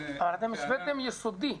אבל אתם השוויתם יסודי.